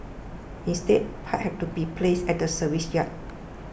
instead pipes had to be placed at the service yard